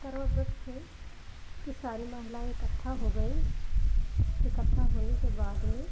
करवा व्रत थे तो सारी महिलाएँ इकट्ठा हो गईं इकट्ठा होने के बाद में